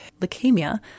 leukemia